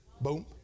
Boom